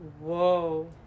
Whoa